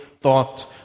thought